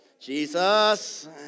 Jesus